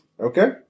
Okay